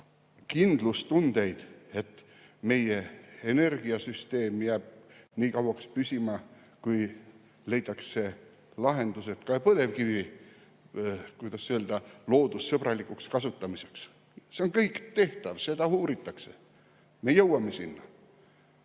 kindlustundeid, et meie energiasüsteem jääb nii kauaks püsima, kuni leitakse lahendused ka põlevkivi, kuidas öelda, loodussõbralikuks kasutamiseks. See on kõik tehtav, seda uuritakse. Me jõuame sinna.